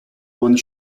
one